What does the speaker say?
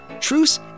Truce